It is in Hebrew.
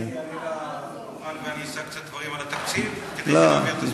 שאעלה לדוכן ואשא קצת דברים על התקציב כדי שנעביר את הזמן?